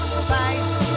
spice